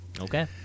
Okay